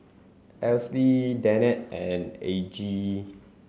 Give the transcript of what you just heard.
Alcie Li Danette and Argie